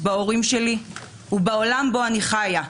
בהורים שלי ובעולם בו אני חיה.